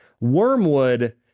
wormwood